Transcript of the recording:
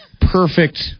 Perfect